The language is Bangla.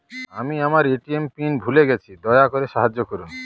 আমি আমার এ.টি.এম পিন ভুলে গেছি, দয়া করে সাহায্য করুন